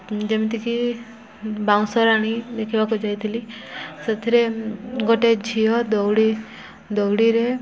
ଯେମିତିକି ବାଉଁଶ ରାଣୀ ଆଣି ଦେଖିବାକୁ ଯାଇଥିଲି ସେଥିରେ ଗୋଟେ ଝିଅ ଦଉଡ଼ି ଦଉଡ଼ିରେ